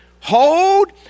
Hold